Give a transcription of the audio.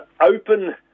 open